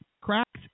cracked